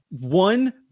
one